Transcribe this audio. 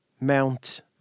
Mount